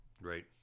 Right